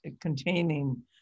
containing